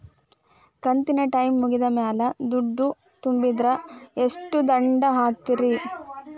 ಕಂತಿನ ಟೈಮ್ ಮುಗಿದ ಮ್ಯಾಲ್ ದುಡ್ಡು ತುಂಬಿದ್ರ, ಎಷ್ಟ ದಂಡ ಹಾಕ್ತೇರಿ?